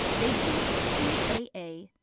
they'd be t, a, a,